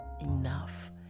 enough